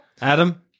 Adam